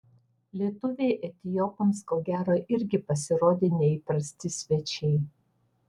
lietuviai etiopams ko gero irgi pasirodė neįprasti svečiai